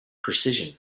precision